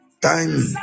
Time